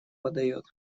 подаёт